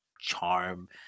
charm